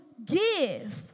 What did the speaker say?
Give